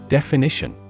Definition